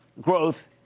growth